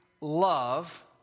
love